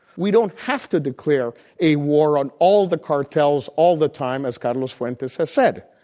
we don't have to declare a war on all the cartels all the time as carlos fuentes has said.